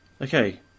Okay